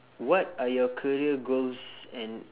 what are your career goals and